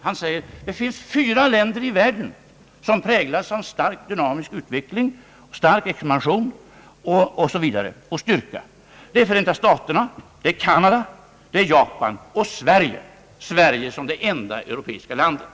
Han säger att det finns fyra länder i världen som präglas av en stark dynamisk utveckling, en stark expansion och styrka, nämligen Förenta staterna, Canada, Japan och Sverige, således Sverige som det enda europeiska landet.